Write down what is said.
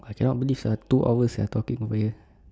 I cannot believe ah two hours ah talking over here